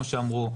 כמו שאמרו,